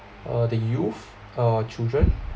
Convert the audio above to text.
uh the youth uh children